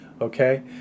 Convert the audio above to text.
okay